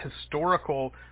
historical